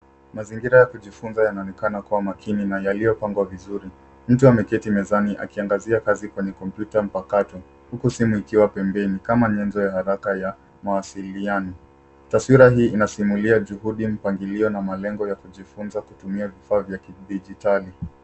Mazingira ya kujifunza yanaonekana kuwa makini na yaliyopangwa vizuri. Mtu ameketi mezani akiangazia kazi kwenye kompyuta mpakato huku simu ikiwa pemben kama nyenzo ya haraka ya mawasiliano. Taswira hii inasimulia juhudi, mpangalio na malengo ya kujifunza kutumia vifaa vya kidigitali.